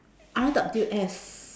R_W_S